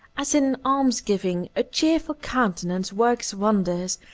as in almsgiving, a cheerful countenance works wonders,